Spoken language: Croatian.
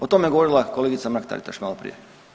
O tome je govorila kolegica Mrak-Taritaš maloprije.